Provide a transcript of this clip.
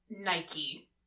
Nike